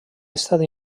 estat